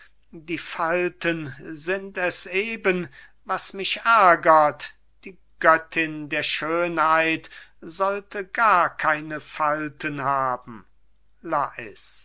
die falten sind es eben was mich ärgert die göttin der schönheit sollte gar keine falten haben